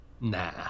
Nah